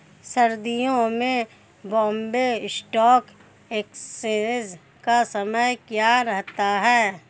सर्दियों में Bombay stock exchange का समय क्या रहता है?